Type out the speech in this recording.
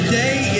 Today